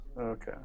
Okay